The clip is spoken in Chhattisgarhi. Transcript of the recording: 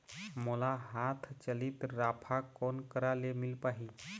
मोला हाथ चलित राफा कोन करा ले मिल पाही?